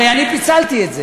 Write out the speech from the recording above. הרי אני פיצלתי את זה.